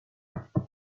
occasions